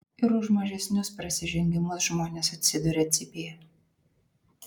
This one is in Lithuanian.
ir už mažesnius prasižengimus žmonės atsiduria cypėje